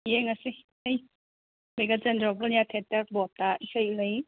ꯌꯦꯡꯉꯁꯤ ꯑꯩ ꯕꯩꯒꯥꯆꯟꯗ꯭ꯔꯥ ꯑꯣꯄꯟ ꯏꯌꯔ ꯊꯦꯇꯔ ꯕꯣꯠꯇ ꯏꯁꯩ ꯂꯩ